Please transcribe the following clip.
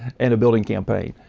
and a building campaign.